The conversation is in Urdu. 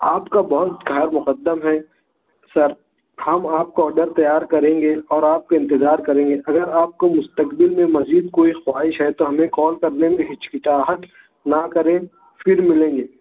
آپ کا بہت خیر مقدم ہے سر ہم آپ کا آڈر تیار کریں گے اور آپ کا انتطار کریں گے اگر آپ کو مستقبل میں مزید کوئی خواہش ہے تو ہمیں کال کرنے میں ہچکچاہٹ نہ کریں پھر ملیں گے